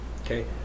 okay